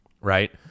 right